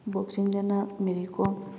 ꯕꯣꯛꯁꯤꯡꯗꯅ Mary Kom